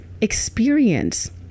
experience